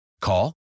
Call